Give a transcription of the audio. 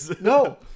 No